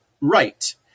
right